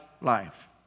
life